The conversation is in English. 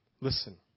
Listen